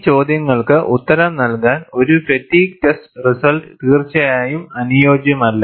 ഈ ചോദ്യങ്ങൾക്ക് ഉത്തരം നൽകാൻ ഒരു ഫാറ്റിഗ് ടെസ്റ്റ് റിസൾട്ട് തീർച്ചയായും അനുയോജ്യമല്ല